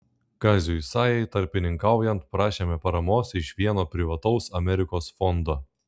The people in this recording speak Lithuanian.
kaziui sajai tarpininkaujant prašėme paramos iš vieno privataus amerikos fondo